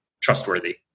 trustworthy